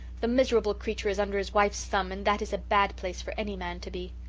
the miserable creature is under his wife's thumb and that is a bad place for any man to be.